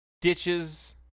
ditches